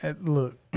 look